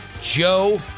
Joe